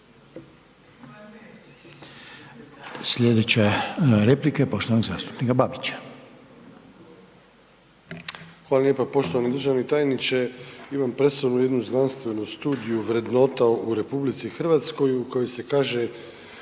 Slijedeća replika je poštovanog zastupnika Marasa.